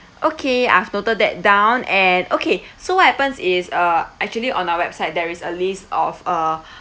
okay I've noted that down and okay so what happens is uh actually on our website there is a list of uh